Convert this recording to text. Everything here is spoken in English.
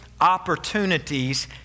opportunities